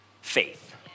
faith